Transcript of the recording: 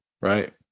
right